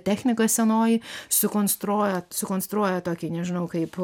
technika senoji sukonstruoja sukonstruoja tokį nežinau kaip